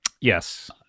Yes